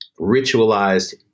ritualized